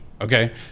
Okay